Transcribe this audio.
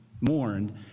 mourned